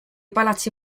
palazzi